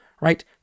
right